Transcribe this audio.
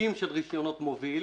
סוגים של רשיונות מוביל.